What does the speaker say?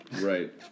Right